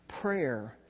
prayer